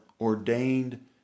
ordained